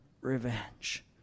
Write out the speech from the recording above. revenge